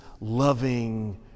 loving